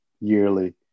yearly